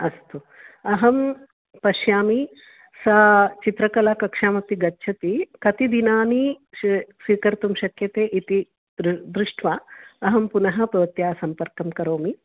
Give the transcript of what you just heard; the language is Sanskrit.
अस्तु अहं पश्यामि सा चित्रकलाकक्षामपि गच्छति कति दिनानि स्वीकर्तुं शक्यते इति दृ दृष्ट्वा अहं पुनः भवत्याः सम्पर्कं करोमि